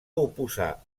oposar